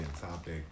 topic